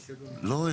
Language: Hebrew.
לא.